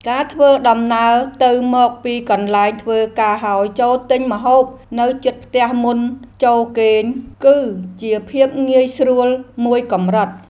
ការធ្វើដំណើរទៅមកពីកន្លែងធ្វើការហើយចូលទិញម្ហូបនៅជិតផ្ទះមុនចូលគេង គឺជាភាពងាយស្រួលមួយកម្រិត។